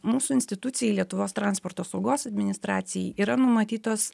mūsų institucijai lietuvos transporto saugos administracijai yra numatytos